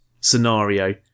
scenario